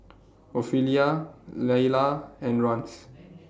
Ophelia Leila and Rance